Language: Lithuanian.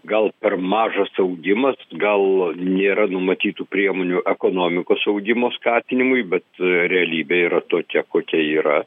gal per mažas augimas gal nėra numatytų priemonių ekonomikos augimo skatinimui bet realybė yra tokia kokia yra